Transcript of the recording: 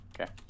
Okay